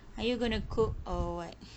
are you going to cook or [what]